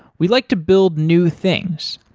we like to build new things,